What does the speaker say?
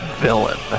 villain